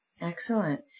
Excellent